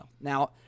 Now